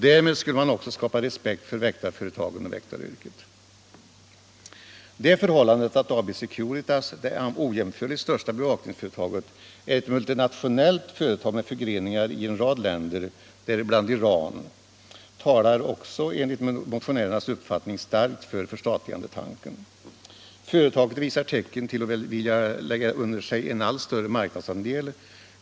Därmed skulle man också skapa respekt för väktarföretagen Det förhållandet att AB Securitas, det ojämförligt största bevakningsföretaget, är ett multinationellt företag med förgreningar i en rad länder, däribland Iran, talar också enligt motionärernas uppfattning starkt för förstatligandetanken. Företaget visar tecken på att vilja lägga under sig en allt större marknadsandel.